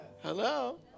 Hello